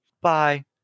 bye